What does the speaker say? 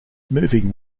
moving